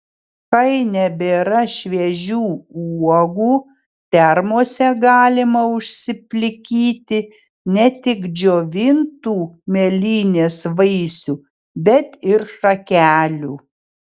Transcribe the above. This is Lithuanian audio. kai nebėra šviežių uogų termose galima užsiplikyti ne tik džiovintų mėlynės vaisių bet ir šakelių